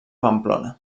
pamplona